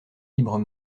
libres